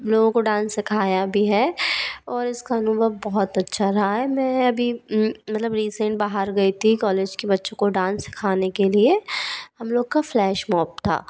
लोगों को डांस सिखाया भी है और इसका अनुभव बहुत अच्छा रहा है मैं अभी मतलब रीसेंट बाहर गई ती कॉलेज के बच्चों को डांस सिखाने के लिए हम लोग का फ्लैशमॉप था